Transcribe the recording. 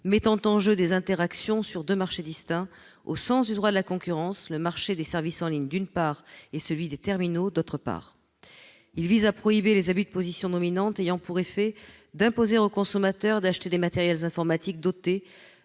mettant en jeu des interactions sur deux marchés distincts au sens du droit de la concurrence : le marché des services en ligne, d'une part, et celui des terminaux, d'autre part. Il vise à prohiber les abus de position dominante ayant pour effet d'imposer au consommateur d'acheter des matériels informatiques dotés